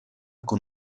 con